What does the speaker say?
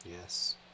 Yes